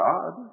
God